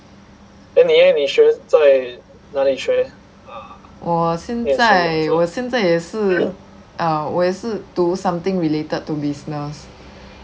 我现在我现在也是 uh 我也是读 something related to business